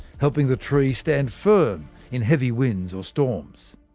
helping the tree stand firm in heavy winds or storms.